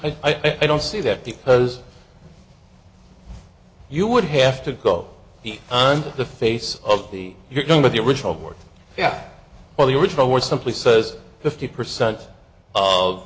don't i don't see that because you would have to go on the face of the you're going with the original order yeah well the original was simply says fifty percent of